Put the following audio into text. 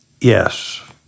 yes